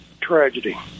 Tragedy